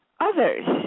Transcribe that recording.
others